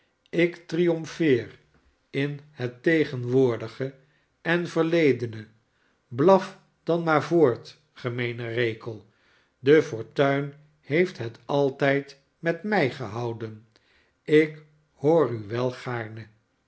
ik triomfeer in het tegenwoordige en verledene blaf dan maar voort gemeene rekel de fortuin heeft het altijd met mij gehouden ik hoor